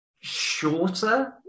shorter